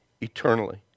eternally